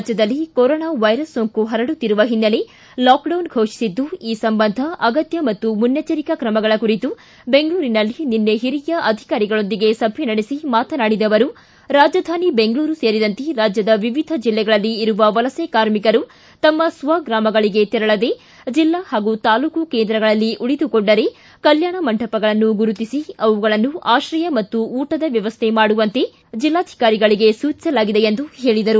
ರಾಜ್ಯದಲ್ಲಿ corona virus ಸೋಂಕು ಪರಡುತ್ತಿರುವ ಹಿನ್ನೆಲೆ ಲಾಕೆಡೌನ್ ಫೋಷಿಸಿದ್ದು ಈ ಸಂಬಂಧ ಅಗತ್ತ ಮತ್ತು ಮುನ್ನೆಚ್ಚರಿಕಾ ತ್ರಮಗಳ ಕುರಿತು ಬೆಂಗಳೂರಿನಲ್ಲಿ ನಿನ್ನೆ ಹಿರಿಯ ಅಧಿಕಾರಿಗಳೊಂದಿಗೆ ಸಭೆ ನಡೆಸಿ ಮಾತನಾಡಿದ ಅವರು ರಾಜಧಾನಿ ಬೆಂಗಳೂರು ಸೇರಿದಂತೆ ರಾಜ್ಯದ ವಿವಿಧ ಜಿಲ್ಲೆಗಳಲ್ಲಿ ಇರುವ ವಲಸೆ ಕಾರ್ಮಿಕರು ತಮ್ಮ ಸ್ವ ಗ್ರಾಮಗಳಿಗೆ ತೆರಳದೆ ಜೆಲ್ಲಾ ಹಾಗೂ ತಾಲ್ಲೂಕು ಕೇಂದ್ರಗಳಲ್ಲಿ ಉಳಿದುಕೊಂಡರೆ ಕಲ್ಕಾಣ ಮಂಟಪಗಳನ್ನು ಗುರುತಿಸಿ ಅವುಗಳಲ್ಲಿ ಆತ್ರಯ ಮತ್ತು ಊಟದ ವ್ಯವಸ್ಥೆ ಮಾಡುವಂತೆ ಜಿಲ್ಲಾಧಿಕಾರಿಗಳಿಗೆ ಸೂಚಿಸಲಾಗಿದೆ ಎಂದರು